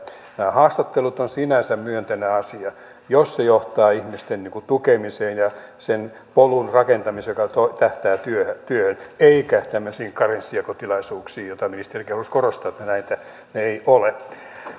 haastattelut ovat sinänsä myönteinen asia jos ne johtavat ihmisten tukemiseen ja sen polun rakentamiseen joka tähtää työhön eikä tämmöisiin karenssinjakotilaisuuksiin mitä ministerikin halusi korostaa että näitä ne eivät ole